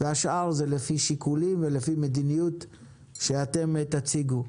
והשאר זה לפי שיקולים ולפי מדיניות שאתם תציגו.